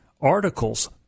articles